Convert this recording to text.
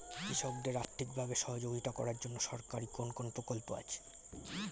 কৃষকদের আর্থিকভাবে সহযোগিতা করার জন্য সরকারি কোন কোন প্রকল্প আছে?